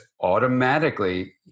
automatically